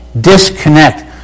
disconnect